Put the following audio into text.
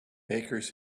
bakers